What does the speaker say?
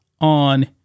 on